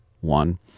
one